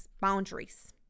boundaries